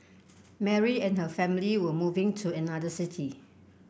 Mary and her family were moving to another city